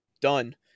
done